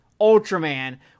Ultraman